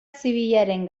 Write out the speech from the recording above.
zibilaren